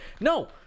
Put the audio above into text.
No